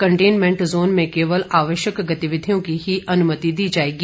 containment zone में केवल आवश्यक गतिविधियों की ही अनुमति दी जाएगी